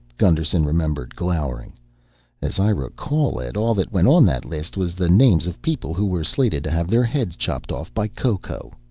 gusterson remembered, glowering as i recall it, all that went on that list was the names of people who were slated to have their heads chopped off by ko-ko.